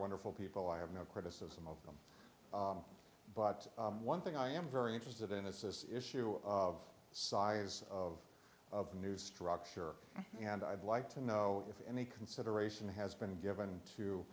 wonderful people i have no criticism of but one thing i am very interested in is this issue of size of of new structure and i'd like to know if any consideration has been given to